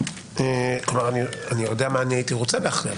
אני יודע מה הייתי רוצה להכריע,